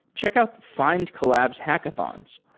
check out findcollabs hackathons.